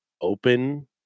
open